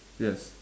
yes